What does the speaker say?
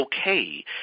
okay